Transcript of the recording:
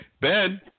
Ben